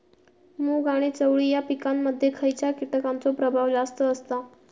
मूग आणि चवळी या पिकांमध्ये खैयच्या कीटकांचो प्रभाव जास्त असता?